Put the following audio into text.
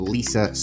Lisa